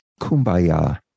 Kumbaya